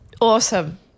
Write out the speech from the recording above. Awesome